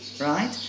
right